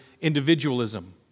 individualism